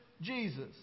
Jesus